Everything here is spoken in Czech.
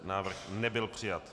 Návrh nebyl přijat.